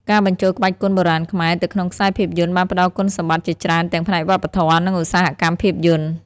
ការបញ្ចូលក្បាច់គុនបុរាណខ្មែរទៅក្នុងខ្សែភាពយន្តបានផ្ដល់គុណសម្បត្តិជាច្រើនទាំងផ្នែកវប្បធម៌ និងឧស្សាហកម្មភាពយន្ត។